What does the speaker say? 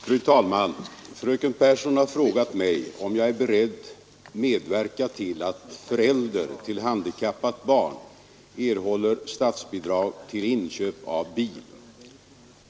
Fru talman! Fröken Pehrsson har frågat mig om jag är beredd medverka till att förälder till handikappat barn erhåller statsbidrag till inköp av bil.